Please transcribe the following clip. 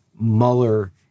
Mueller